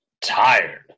tired